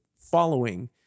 following